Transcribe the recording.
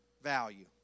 value